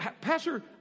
Pastor